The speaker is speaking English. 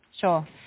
Sure